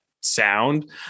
sound